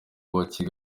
mujyi